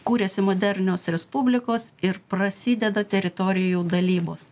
kuriasi modernios respublikos ir prasideda teritorijų dalybos